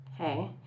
Okay